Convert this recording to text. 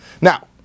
Now